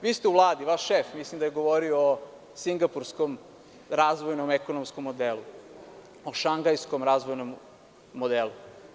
Vi ste u Vladi, vaš šef, mislim da je govorio o singapurskom razvojnom modelu, o šangajskom razvojnom modelu.